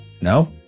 No